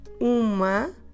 uma